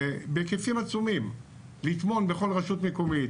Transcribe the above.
בהיקפים עצומים, לטמון בכל רשות מקומית.